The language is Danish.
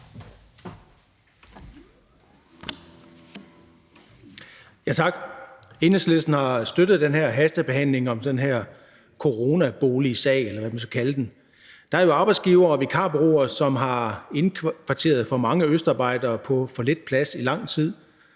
Tak. Enhedslisten har støttet den her hastebehandling om den her coronaboligsag, eller hvad man kan kalde den. Der er jo arbejdsgivere og vikarbureauer, som har indkvarteret for mange østarbejdere på for lidt plads i lang tid,